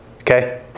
Okay